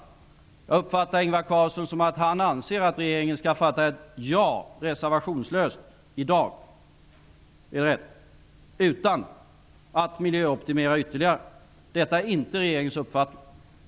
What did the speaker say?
Jag uppfattar Ingvar Carlsson så, att han anser att regeringen skall fatta ett reservationslöst ja-beslut i dag utan att miljöoptimera ytterligare. Är det rätt uppfattat? Detta är inte regeringens uppfattning.